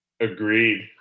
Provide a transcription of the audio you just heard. Agreed